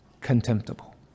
contemptible